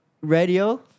radio